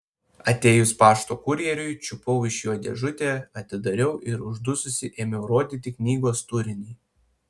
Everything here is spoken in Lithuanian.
atėjus pašto kurjeriui čiupau iš jo dėžutę atidariau ir uždususi ėmiau rodyti knygos turinį